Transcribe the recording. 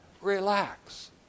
Relax